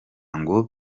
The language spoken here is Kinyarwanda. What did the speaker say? ngo